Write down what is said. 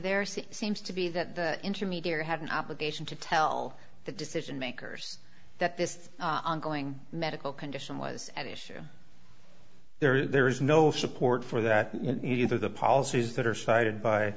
see seems to be that the intermediary had an obligation to tell the decision makers that this ongoing medical condition was an issue there is no support for that either the policies that are cited by